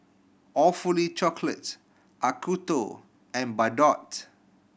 Awfully Chocolate Acuto and Bardot